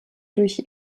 durch